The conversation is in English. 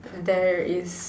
there is